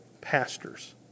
pastors